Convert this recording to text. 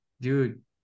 dude